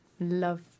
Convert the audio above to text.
love